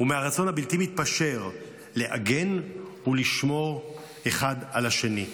ומהרצון הבלתי-מתפשר להגן ולשמור אחד על השני.